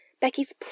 Becky's